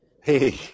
Hey